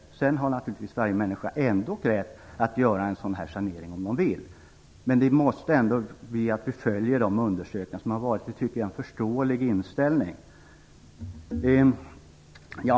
Varje människa har naturligtvis ändå rätt att göra en sådan sanering om hon vill, men vi måste ändå följa de undersökningar som har gjorts. Det tycker jag är en förståelig inställning.